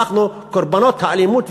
אנחנו קורבנות האלימות,